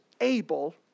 able